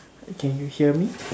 can you hear me